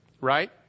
right